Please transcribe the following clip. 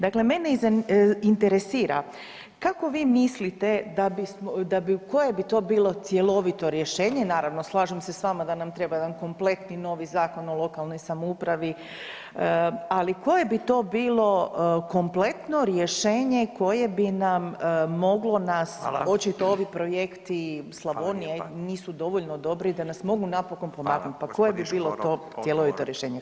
Dakle mene interesira kako vi mislite da bi, koje bi to bilo cjelovito rješenje, naravno slažem se s vama da nam treba jedan kompletni novi Zakon o lokalnoj samoupravi, ali koje bi to bilo kompletno rješenje koje bi moglo nas očito ovi projekti Slavonija nisu dovoljno dobri da nas mogu napokon pomaknuti, pa koje bi bilo to cjelovito rješenje?